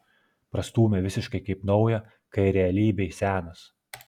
prastūmė visiškai kaip naują kai realybėj senas